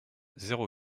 zéro